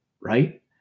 right